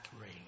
rain